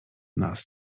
nas